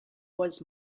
was